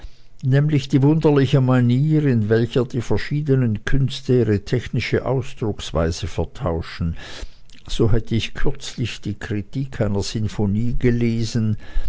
nämlich die wunderliche manier in welcher die verschiedenen künste ihre technische ausdrucksweise vertauschen so hätte ich kürzlich die kritik einer symphonie gelesen